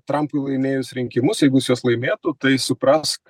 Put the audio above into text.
trampui laimėjus rinkimus jeigu juos laimėtų tai suprask